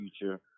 future